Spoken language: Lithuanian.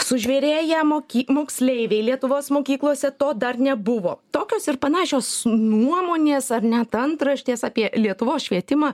sužvėrėję moky moksleiviai lietuvos mokyklose to dar nebuvo tokios ir panašios nuomonės ar net antraštės apie lietuvos švietimą